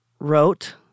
wrote